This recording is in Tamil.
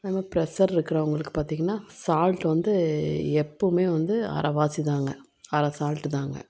அது மாதிரி ப்ரஷர் இருக்கிறவுங்களுக்கு பார்த்தீங்கனா சால்ட்டு வந்து எப்பவுமே வந்து அரைவாசிதாங்க அரை சால்ட்டு தாங்க